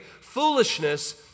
Foolishness